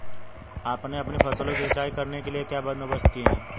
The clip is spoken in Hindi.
आपने अपनी फसलों की सिंचाई करने के लिए क्या बंदोबस्त किए है